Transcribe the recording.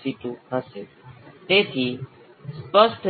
by C છે